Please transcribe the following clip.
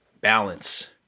balance